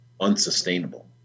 unsustainable